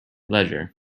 leisure